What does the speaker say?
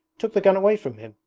took the gun away from him,